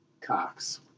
Cox